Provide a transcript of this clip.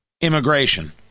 immigration